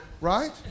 Right